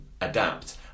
adapt